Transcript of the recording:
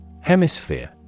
Hemisphere